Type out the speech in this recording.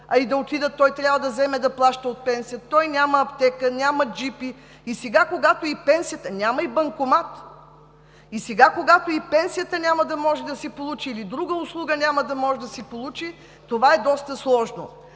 а и да отидат, той трябва да вземе и да плаща от пенсията. Той няма аптека, няма джипи, няма и банкомат и сега, когато и пенсията няма да може да си получи, или друга услуга няма да може да си получи, това е доста сложно.